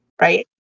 Right